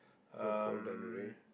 your pole done already